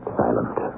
silent